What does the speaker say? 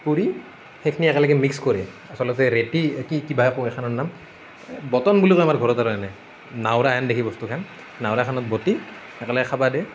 পুৰি সেইখিনি একেলগে মিক্স কৰে আচলতে ৰেতি কিবাহে কয় এইখনৰ নাম বতন বুলি কয় আমাৰ ঘৰত আৰু এনে নাউৰা হেন দেখি বস্তুখন নাউৰাখনত বতি একেলগে খাব দিয়ে